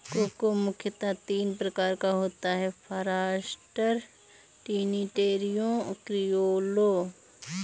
cocoa मुख्यतः तीन प्रकार का होता है फारास्टर, ट्रिनिटेरियो, क्रिओलो